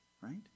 Right